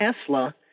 Tesla